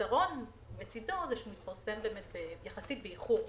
החיסרון בצדו הוא שהוא מפרסם יחסית באיחור.